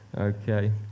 okay